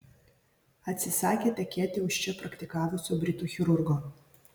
atsisakė tekėti už čia praktikavusio britų chirurgo